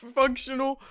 functional